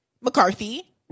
McCarthy